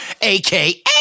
AKA